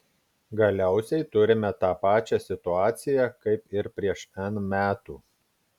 galiausiai turime tą pačią situaciją kaip ir prieš n metų